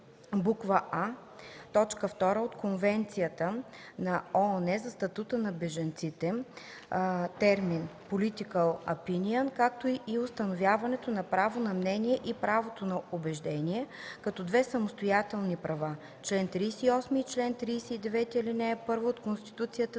1, б. А), т. 2 от Конвенцията на ООН за статута на бежанците термин political opinion, както и установяването на правото на мнение и правото на убеждение като две самостоятелни права (чл. 38 и чл. 39, ал. 1 от Конституцията